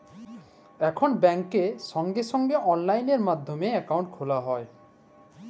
এখল ব্যাংকে সঙ্গে সঙ্গে অললাইন মাধ্যমে একাউন্ট খ্যলা যায়